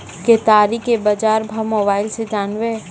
केताड़ी के बाजार भाव मोबाइल से जानवे?